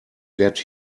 get